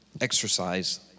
exercise